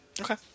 Okay